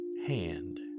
Hand